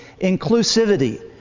inclusivity